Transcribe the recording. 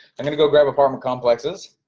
i'm gonna go grab apartment complexes,